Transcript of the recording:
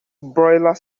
boiler